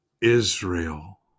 Israel